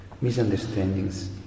misunderstandings